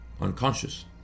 unconscious